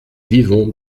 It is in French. vivons